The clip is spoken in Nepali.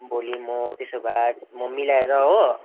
भोलि म त्यसो भाए म मिलाएर हो